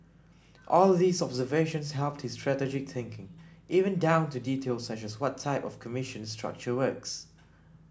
all these observations helped his strategic thinking even down to details such as what type of commission structure works